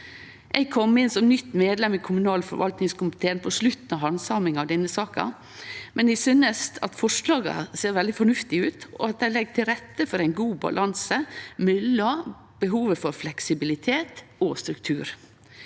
Eg kom inn som nytt medlem i kommunal- og forvaltingskomiteen på slutten av handsaminga av denne saka, men eg synest at forslaga ser veldig fornuftige ut, og at dei legg til rette for ein god balanse mellom behova for fleksibilitet og struktur.